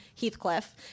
Heathcliff